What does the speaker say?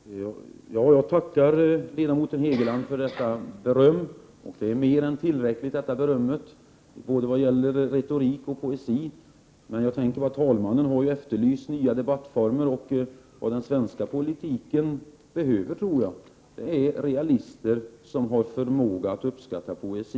Fru talman! Jag tackar ledamoten Hegeland för detta beröm, som är mer än tillräckligt vad gäller både retorik och poesi. Men jag tänker på att talmannen har efterlyst nya debattformer, och vad jag tror att den svenska politiken behöver är realister, som har förmåga att uppskatta poesi.